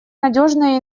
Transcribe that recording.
надежные